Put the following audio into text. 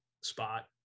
spot